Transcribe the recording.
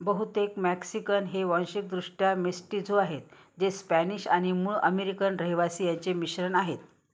बहुतेक मॅक्सिकन हे वांशिकदृष्ट्या मिष्टीजो आहेत जे स्पॅनिश आणि मूळ अमेरिकन रहिवासी यांचे मिश्रण आहेत